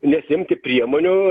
nesiimti priemonių